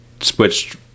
switched